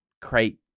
create